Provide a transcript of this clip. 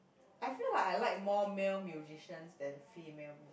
I feel like I like more male musicians than female